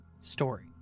story